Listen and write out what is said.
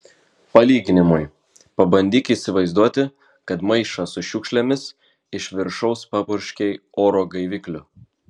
palyginimui pabandyk įsivaizduoti kad maišą su šiukšlėmis iš viršaus papurškei oro gaivikliu